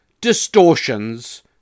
distortions